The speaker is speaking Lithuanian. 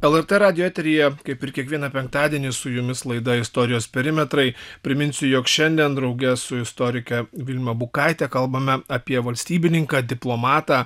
lrt radijo eteryje kaip ir kiekvieną penktadienį su jumis laida istorijos perimetrai priminsiu jog šiandien drauge su istorike vilma bukaite kalbame apie valstybininką diplomatą